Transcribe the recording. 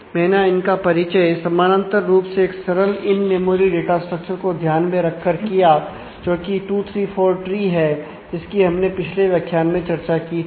मैंने इनका परिचय समानांतर रूप से एक सरल इन मेमोरी डाटा स्ट्रक्चर को ध्यान में रखकर किया जोकि 2 3 4 ट्री है जिसकी हमने पिछले व्याख्यान में चर्चा की थी